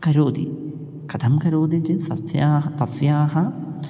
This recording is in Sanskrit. करोति कथं करोति चेत् सस्यानि तस्याः